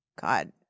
god